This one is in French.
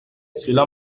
cela